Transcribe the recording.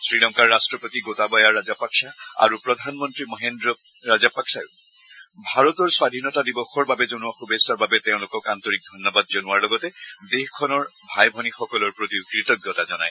শ্ৰীলংকাৰ ৰট্টপতি গোটাবায়া ৰাজাপাকচা আৰু প্ৰধানমন্ত্ৰী মহিদ্ৰ ৰাজাপাকচাইও ভাৰতৰ স্বধীনতা দিৱসৰ বাবে জনোৱা শুভেচ্ছাৰ বাবে তেওঁলোকক আন্তৰিক ধন্যবাদ জনোৱাৰ লগতে দেশখনৰ ভাই ভনীসকলৰ প্ৰতিও কৃতজ্ঞতা জনায়